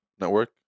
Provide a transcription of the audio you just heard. Network